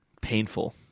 Painful